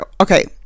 okay